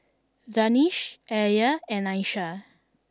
Danish Alya and Aisyah